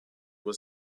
was